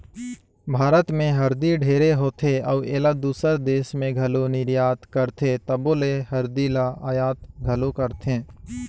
भारत में हरदी ढेरे होथे अउ एला दूसर देस में घलो निरयात करथे तबो ले हरदी ल अयात घलो करथें